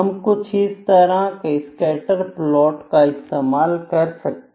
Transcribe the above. हम कुछ इस तरह के स्कैटर प्लॉट का इस्तेमाल कर सकते हैं